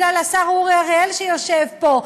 בגלל השר אורי אריאל שיושב פה,